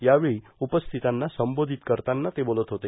यावेळी उपास्थितांना संबोधित करताना ते बोलत होते